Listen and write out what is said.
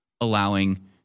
allowing